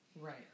Right